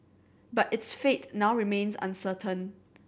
but its fate now remains uncertain